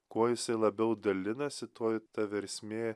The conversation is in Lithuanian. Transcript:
kuo jisai labiau dalinasi tuoj ta versmė